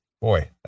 Boy